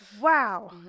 wow